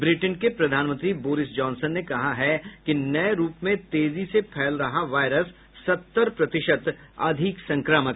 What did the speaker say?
Britain के प्रधानमंत्री Boris Johnson ने कहा है कि नए रूप में तेजी से फैल रहा वायरस सत्तर प्रतिशत अधिक संक्रामक है